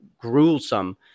gruesome